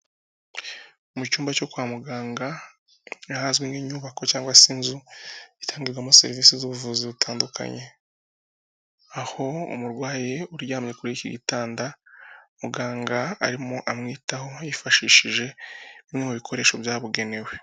Mu cyumba cyo kwa muganga ahazwi nk'inyubako cyangwa se inzu itangagirwamo serivisi z'ubuvuzi butandukanye. Aho umurwayi uryamye kuri iki gitanda muganga arimo amwitaho yifashishije bimwe mu bikoresho byabugenewe.